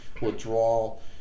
withdrawal